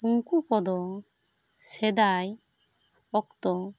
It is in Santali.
ᱩᱱᱠᱩ ᱠᱚᱫᱚ ᱥᱮᱫᱟᱭ ᱚᱠᱛᱚ